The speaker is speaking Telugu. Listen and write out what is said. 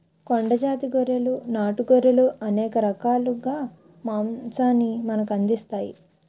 కొండ జాతి గొర్రెలు నాటు గొర్రెలు అనేక రకాలుగా మాంసాన్ని మనకు అందిస్తాయి